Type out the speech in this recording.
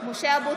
(קוראת בשמות חברי הכנסת) משה אבוטבול,